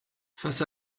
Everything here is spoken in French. face